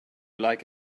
like